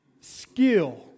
skill